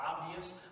obvious